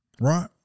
Right